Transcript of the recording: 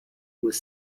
was